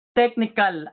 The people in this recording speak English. technical